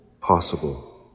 possible